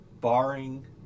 barring